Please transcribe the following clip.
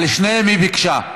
על שניהם היא ביקשה.